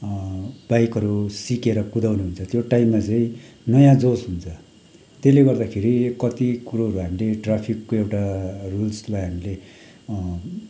बाइकहरू सिकेर कुदाउने हुन्छ त्यो टाइममा चाहिँ नयाँ जोस हुन्छ त्यसले गर्दाखेरि कति कुरोहरू हामीले ट्राफिकको एउटा रुल्सलाई हामीले